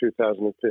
2015